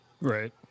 right